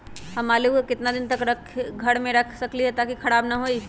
हम आलु को कितना दिन तक घर मे रख सकली ह ताकि खराब न होई?